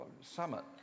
Summit